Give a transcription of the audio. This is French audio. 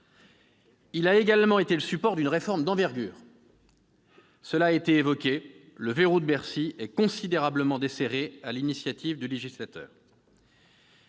Il a également été le support d'une réforme d'envergure. Cela a été évoqué, le « verrou de Bercy » est considérablement desserré, sur l'initiative du législateur.